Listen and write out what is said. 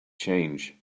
change